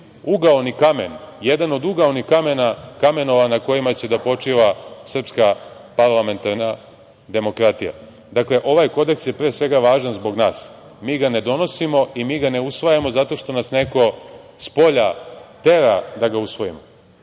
ugaoni kamen, jedan od ugaonih kamenova na kojima će da počiva srpska parlamentarna demokratija. Ovaj kodeks je pre svega važan zbog nas. Mi ga ne donosimo i mi ga ne usvajamo zato što nas neko spolja tera da ga usvojimo.